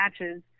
matches